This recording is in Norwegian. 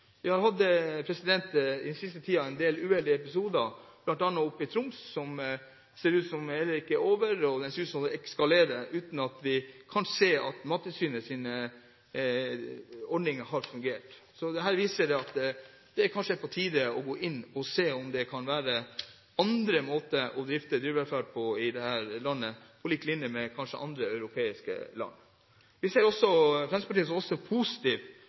Vi har i den siste tiden hatt en del uheldige episoder, bl.a. i Troms, som ser ut til ikke å være over og ser ut til å eskalere, uten at vi kan se at Mattilsynets ordning har fungert. Dette viser at det kanskje er på tide å gå inn og se om det kan være andre måter å drifte dyrevelferd på i dette landet, kanskje på lik linje med andre europeiske land. Fremskrittspartiet ser også positivt på arbeidet som